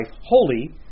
holy